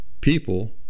people